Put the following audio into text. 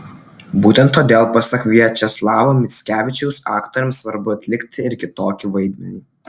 būtent todėl pasak viačeslavo mickevičiaus aktoriams svarbu atlikti ir kitokį vaidmenį